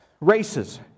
races